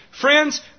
Friends